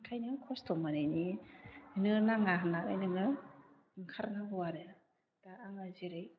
ओंखायनो खस्थ' मोनैनि ओंखायनो नाङा होनानै नोङो ओंखार नांगौ आरो दा आं जेरै